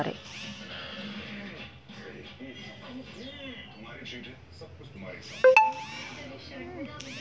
ಬೇ ಎಲೆಯು ಸಾಮಾನ್ಯವಾಗಿ ಅಡುಗೆಯಲ್ಲಿ ಬಳಸಲಾಗುವ ಸುಗಂಧ ಎಲೆಯಾಗಿದೆ ಇದ್ನ ಒಣಗ್ಸಿ ಬಳುಸ್ತಾರೆ